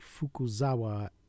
Fukuzawa